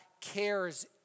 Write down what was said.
cares